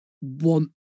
want